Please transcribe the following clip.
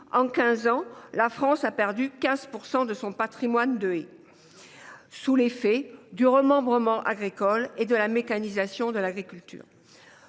mon tour –, la France a perdu 15 % de son patrimoine de haies sous l’effet du remembrement agricole et de la mécanisation de l’agriculture.